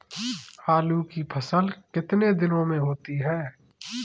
आलू की फसल कितने दिनों में होती है?